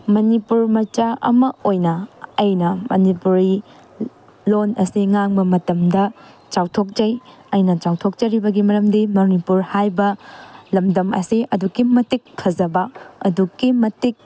ꯃꯅꯤꯄꯨꯔ ꯃꯆꯥ ꯑꯃ ꯑꯣꯏꯅ ꯑꯩꯅ ꯃꯅꯤꯄꯨꯔꯤ ꯂꯣꯟ ꯑꯁꯤ ꯉꯥꯡꯕ ꯃꯇꯝꯗ ꯆꯥꯎꯊꯣꯛꯆꯩ ꯑꯩꯅ ꯆꯥꯎꯊꯣꯛꯆꯔꯤꯕꯒꯤ ꯃꯔꯝꯗꯤ ꯃꯅꯤꯄꯨꯔ ꯍꯥꯏꯕ ꯂꯝꯗꯝ ꯑꯁꯤ ꯑꯗꯨꯛꯀꯤ ꯃꯇꯤꯛ ꯐꯖꯕ ꯑꯗꯨꯛꯀꯤ ꯃꯇꯤꯛ